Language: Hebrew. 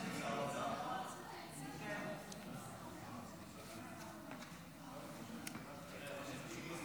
להציג את